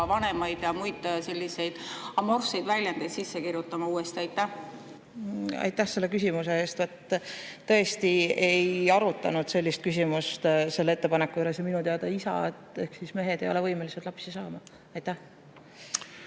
"vanemaid" ja muid selliseid amorfseid väljendeid sisse kirjutama? Aitäh selle küsimuse eest! Tõesti ei arutanud sellist küsimust selle ettepaneku puhul ja minu teada isad ehk siis mehed ei ole võimelised lapsi saama. Aitäh